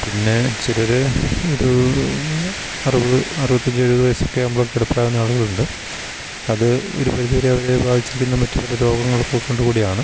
പിന്നേ ചിലർ ഒരൂ അറുപത് അറുപത്തഞ്ച് എഴുപത് വയസ്സൊക്കെ ആവുമ്പോഴേ കിടപ്പിലാകുന്ന ആളുകളുണ്ട് അത് ഒരു പരിധിവരെ അവരേ ബാധിച്ചിരിക്കുന്ന മറ്റു പല രോഗങ്ങളൊക്കെക്കൊണ്ടു കൂടിയാണ്